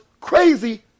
crazy